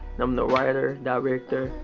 and i'm the writer, director,